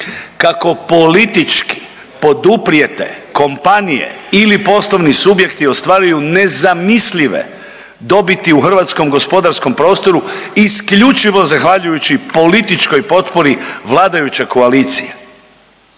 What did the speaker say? kako politički poduprete kompanije ili poslovni subjekti ostvaruju nezamislive dobiti u hrvatskom gospodarskom prostoru isključivo zahvaljujući političkoj potpori vladajuće koalicije.